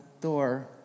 door